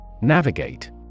Navigate